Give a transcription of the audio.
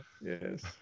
yes